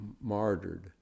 martyred